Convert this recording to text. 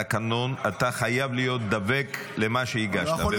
לפי התקנון אתה חייב לדבוק במה שהגשת.